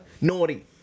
Naughty